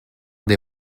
des